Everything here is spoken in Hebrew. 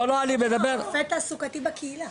רופא תעסוקתי בקהילה.